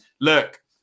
look